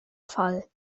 fall